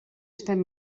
estem